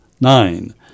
nine